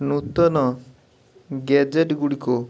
ନୂତନ ଗ୍ୟାଜେଟ୍ ଗୁଡ଼ିକ